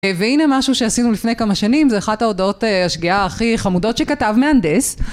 והנה משהו שעשינו לפני כמה שנים, זה אחת ההודעות השגיאה הכי חמודות שכתב מהנדס.